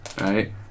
Right